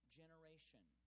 generation